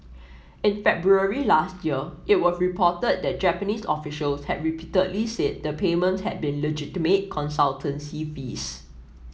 in February last year it was reported that Japanese officials had repeatedly said the payments had been legitimate consultancy fees